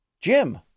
Jim